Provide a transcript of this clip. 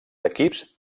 equips